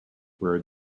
where